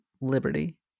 liberty